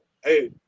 hey